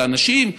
זה אנשים,